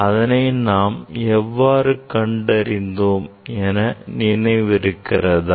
அதனை நாம் எவ்வாறு கண்டறிந்தோம் என நினைவிருக்கிறதா